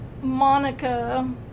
Monica